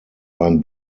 ein